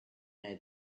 know